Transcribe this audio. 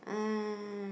uh